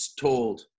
told